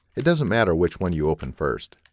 it doesn't matter which one you open first.